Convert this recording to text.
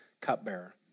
cupbearer